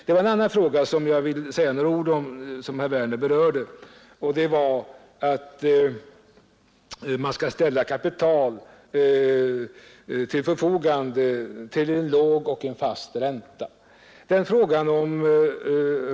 Det var en annan fråga som jag vill säga några ord om och som herr Werner berörde, nämligen frågan om att ställa kapital till förfogande till en låg och fast ränta.